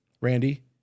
Randy